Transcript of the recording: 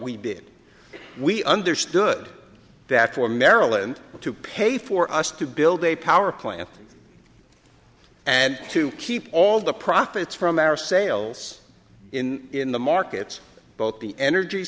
we did we understood that for maryland to pay for us to build a power plant and to keep all the profits from our sales in in the markets both the energy